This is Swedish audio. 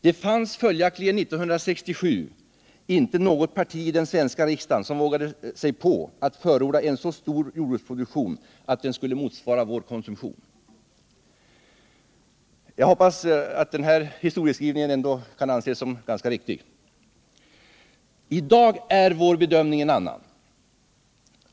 Det fanns följaktligen år 1967 inte något parti i den svenska riksdagen som vågade sig på att förorda en så stor jordbruksproduktion att den skulle motsvara vår konsumtion. Jag hoppas att den historieskrivningen kan anses ganska riktig. I dag är vår bedömning en annan.